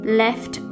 left